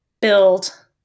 build